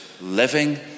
living